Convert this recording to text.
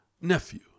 Nephew